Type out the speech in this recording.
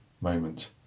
moment